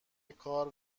کار